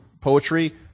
poetry